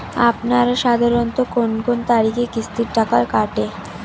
আপনারা সাধারণত কোন কোন তারিখে কিস্তির টাকা কাটে?